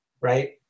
right